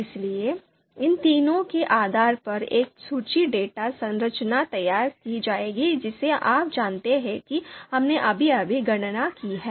इसलिए इन तीनों के आधार पर एक सूची डेटा संरचना तैयार की जाएगी जिसे आप जानते हैं कि हमने अभी अभी गणना की है